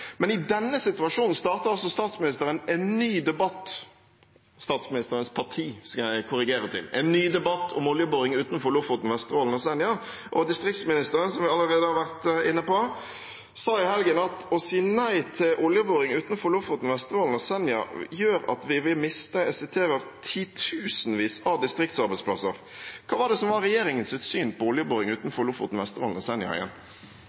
Men i denne situasjonen starter altså statsministeren – statsministerens parti, skal jeg korrigere til – en ny debatt om oljeboring utenfor Lofoten, Vesterålen og Senja, og distriktsministeren, som vi allerede har vært inne på, sa i helgen at å si nei til oljeboring utenfor Lofoten, Vesterålen og Senja gjør at vi vil miste – jeg siterer – «titusenvis av distriktsarbeidsplasser». Hva var det som var regjeringen sitt syn på oljeboring utenfor Lofoten, Vesterålen og Senja igjen?